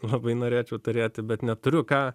labai norėčiau turėti bet neturiu ką